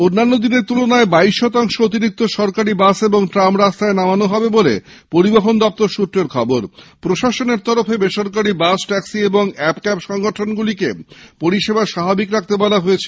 অন্যান্য দিনের তুলনায় বাইশ শতাংশ অতিরিক্ত সরকারি বাস ট্রাম রাস্তায় নামানো প্রশাসনের তরফে বেসরকারি বাস ট্যাক্সি ও অ্যাপ ক্যাব সংগঠনগুলিকে পরিষেবা স্বাভাবিক রাখতে বলা হয়েছে